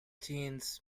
teens